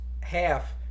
half